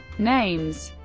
names